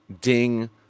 ding